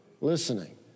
listening